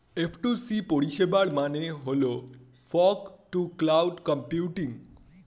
F two C পরিষেবার মানে হল ফগ টু ক্লাউড কম্পিউটিং